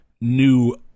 new